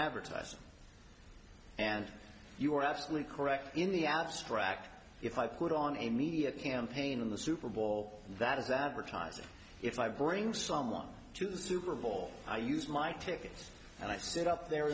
advertising and you are absolutely correct in the abstract if i put on a media campaign in the super bowl that is advertising if i bring someone to the super bowl i use my tickets and i sit up there